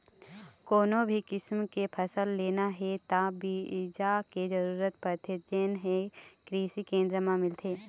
कोनो भी किसम के फसल लेना हे त बिजहा के जरूरत परथे जेन हे कृषि केंद्र म मिलथे